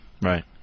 Right